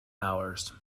hours